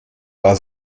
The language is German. war